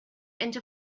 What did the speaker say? into